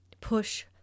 push